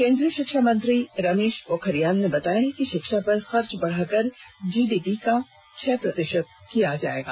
केंद्रीय शिक्षा मंत्री रमेश पोखरियाल ने बताया कि शिक्षा पर खर्च बढ़ाकर जीडीपी का छह प्रतिशत किया जाएगा